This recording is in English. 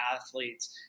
athletes